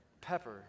pepper